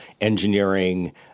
engineering